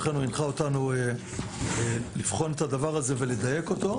לכן הוא הנחה אותנו לבחון את הדבר הזה ולדייק אותו.